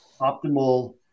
optimal